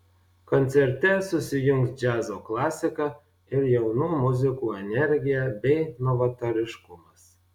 koncerte susijungs džiazo klasika ir jaunų muzikų energija bei novatoriškumas